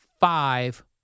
five